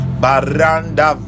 baranda